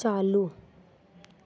चालू